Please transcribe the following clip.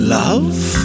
love